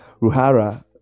ruhara